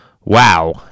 wow